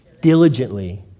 Diligently